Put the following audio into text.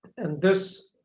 and this